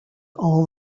all